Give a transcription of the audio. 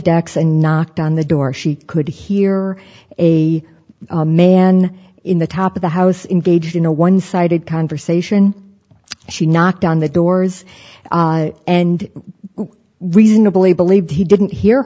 decks and knocked on the door she could hear a man in the top of the house in gage in a one sided conversation she knocked on the doors and reasonably believed he didn't hear